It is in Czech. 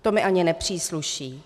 To mi ani nepřísluší.